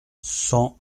cent